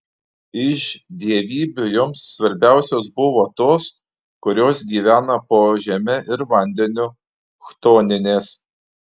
iš dievybių joms svarbiausios buvo tos kurios gyvena po žeme ir vandeniu chtoninės